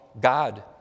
God